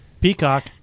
Peacock